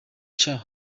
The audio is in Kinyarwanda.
cha